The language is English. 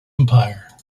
empire